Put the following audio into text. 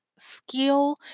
Skill